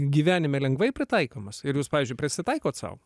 gyvenime lengvai pritaikomas ir jūs pavyzdžiui prisitaikot sau